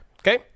Okay